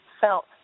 felt